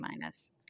minus